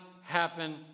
happen